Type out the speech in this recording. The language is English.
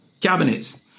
cabinets